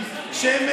וצריך לחשוב על העתיד,